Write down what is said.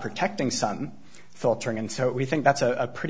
protecting some filtering and so we think that's a pretty